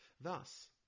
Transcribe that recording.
Thus